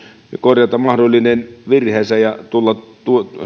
korjata mahdollinen virheensä ja